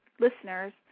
listeners